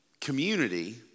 community